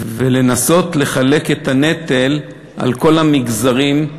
ולנסות לחלק את הנטל על כל המגזרים,